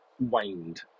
waned